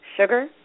Sugar